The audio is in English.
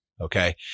Okay